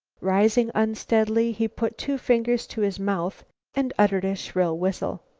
rising unsteadily, he put two fingers to his mouth and uttered a shrill whistle.